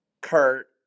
Kurt